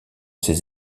ses